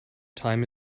time